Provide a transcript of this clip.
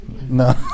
No